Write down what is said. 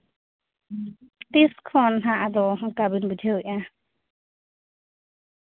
ᱛᱤᱥ ᱠᱷᱚᱱ ᱦᱟᱸᱜ ᱟᱫᱚ ᱚᱱᱠᱟ ᱵᱤᱱ ᱵᱩᱡᱷᱟᱹᱣᱮᱜᱼᱟ